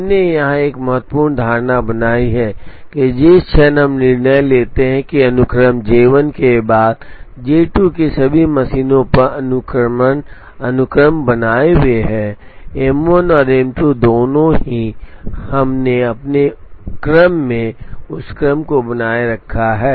हमने यहां एक महत्वपूर्ण धारणा बनाई है कि जिस क्षण हम निर्णय लेते हैं कि अनुक्रम J1 के बाद J2 कि सभी मशीनों पर अनुक्रमण अनुक्रम बनाए हुए हैं M1 और M2 दोनों ही हमने अपने क्रम में उस क्रम को बनाए रखा है